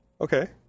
Okay